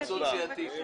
נצא להתייעצות סיעתית.